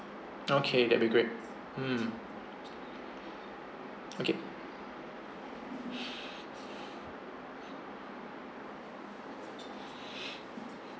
okay that'll be great mm okay